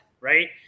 right